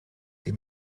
die